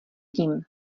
tím